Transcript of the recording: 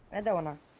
and another